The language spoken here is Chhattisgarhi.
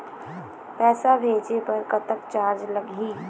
पैसा भेजे बर कतक चार्ज लगही?